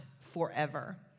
forever